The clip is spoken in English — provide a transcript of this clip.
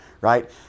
right